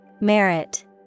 Merit